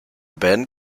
band